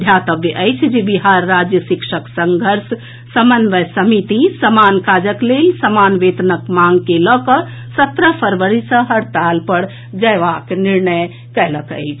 ध्यातव्य अछि जे बिहार राज्य शिक्षक संघर्ष समन्वय समिति समान काजक लेल समान वेतनक मांग के लऽ कऽ सत्रह फरवरी सँ हड़ताल पर जएबाक निर्णय कएलक अछि